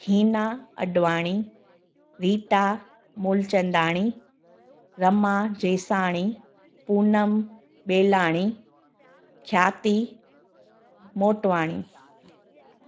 Heena Advani Rita Moolchandani Rama Jeswani Poonam Belani Khyati Motwani